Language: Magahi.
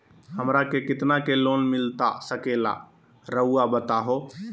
हमरा के कितना के लोन मिलता सके ला रायुआ बताहो?